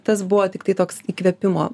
tas buvo tiktai toks įkvėpimo